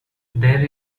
there